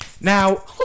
Now